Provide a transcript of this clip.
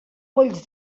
polls